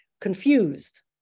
confused